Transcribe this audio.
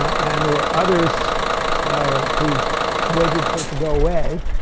and there were others um who waited for it to go away.